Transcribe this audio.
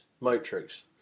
matrix